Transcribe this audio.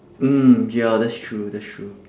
mm ya that's true that's true